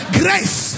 grace